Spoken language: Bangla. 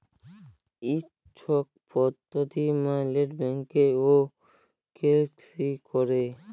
ই ছব পদ্ধতি ম্যাইলে ব্যাংকে কে.ওয়াই.সি ক্যরে